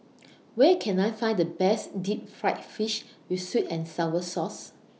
Where Can I Find The Best Deep Fried Fish with Sweet and Sour Sauce